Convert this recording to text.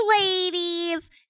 ladies